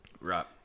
Right